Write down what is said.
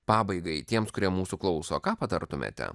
pabaigai tiems kurie mūsų klauso ką patartumėte